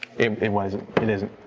it it wasn't, it isn't.